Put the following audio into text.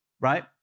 Right